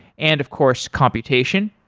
and of course computation.